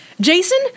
Jason